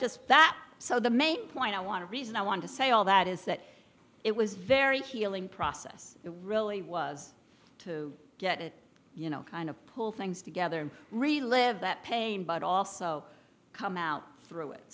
just that so the main point i want to reason i want to say all that is that it was very healing process it really was to get it you know kind of pull things together and relive that pain but also come out through it